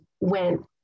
went